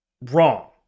Wrong